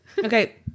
Okay